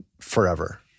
forever